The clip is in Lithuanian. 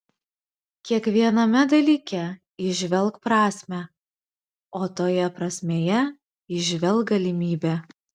kiekviename dalyke įžvelk prasmę o toje prasmėje įžvelk galimybę